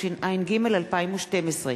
התשע"ג 2012,